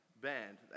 band